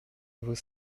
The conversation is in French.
vos